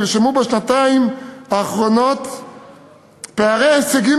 נרשמו בשנתיים האחרונות פערי הישגים